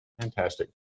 Fantastic